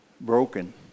broken